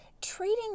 Treating